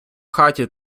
хаті